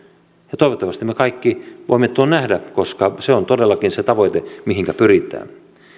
ja toivottavasti me kaikki voimme tuon nähdä koska se on todellakin se tavoite mihinkä pyritään